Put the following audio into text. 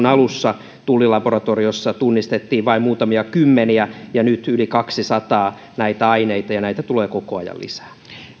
alussa tullilaboratoriossa tunnistettiin vain muutamia kymmeniä ja nyt yli kaksisataa näitä aineita ja näitä tulee koko ajan lisää